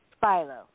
Philo